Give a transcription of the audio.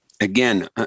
Again